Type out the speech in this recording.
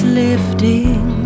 lifting